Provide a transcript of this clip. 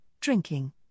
drinking